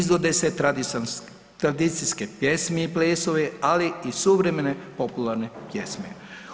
Izvode se tradicijske pjesme i plesovi ali i suvremene popularne pjesme.